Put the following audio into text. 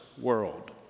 world